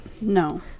No